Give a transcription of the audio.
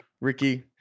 Ricky